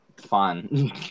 fun